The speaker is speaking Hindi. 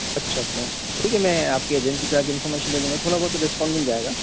अच्छा अच्छा ठीक है मैं आपकी एजेंसी पे आके इंफ़ोर्मेशन ले लूँगा थोड़ा बहुत तो डिस्काउंट मिल जाएगा